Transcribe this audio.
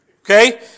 okay